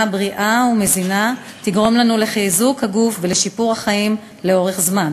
בריאה ומזינה תגרום לחיזוק הגוף ולשיפור החיים לאורך זמן.